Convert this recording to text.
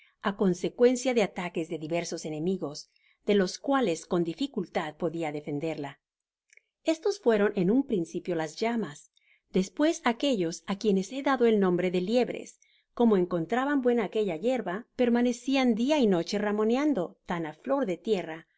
á consecuencia de ataques de divers es enemigos de los cuales con dificultad podia defenderla estos fueron en un principio las llamas despues aquellos á quienes he dado el nombre de liebres como encontraban buena aquella yerba permanecian dia y noche ramoneando i tan á flor de tierra